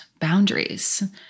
boundaries